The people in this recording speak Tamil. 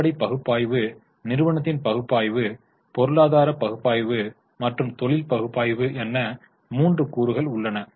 அடிப்படை பகுப்பாய்வு நிறுவனத்தின் பகுப்பாய்வு பொருளாதார பகுப்பாய்வு மற்றும் தொழில் பகுப்பாய்வு என மூன்று கூறுகள் உள்ளன